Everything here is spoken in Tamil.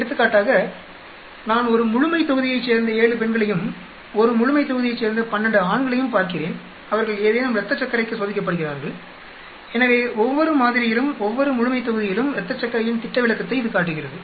எடுத்துக்காட்டாக நான் ஒரு முழுமைத்தொகுதியைச் சேர்ந்த 7 பெண்களையும் ஒரு முழுமைத்தொகுதியைச் சேர்ந்த 12 ஆண்களையும் பார்க்கிறேன் அவர்கள் ஏதேனும் இரத்தச்சக்கரைக்கு சோதிக்கப்படுகிறார்கள் எனவே ஒவ்வொரு மாதிரியிலும் ஒவ்வொரு முழுமைத்தொகுதியிலும் இரத்தச்சக்கரையின் திட்ட விலக்கத்தை இது காட்டுகிறது